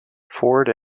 ford